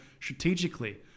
strategically